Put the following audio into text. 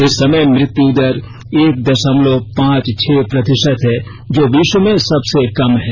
इस समय मृत्यु दर एक दशमलव पांच छह प्रतिशत है जो विश्व में सबसे कम है